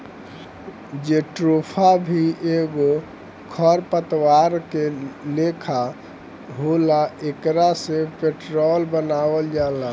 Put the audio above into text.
jatropha भी एगो खर पतवार के लेखा होला एकरा से पेट्रोल बनावल जाला